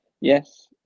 Yes